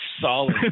Solid